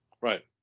Right